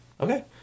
okay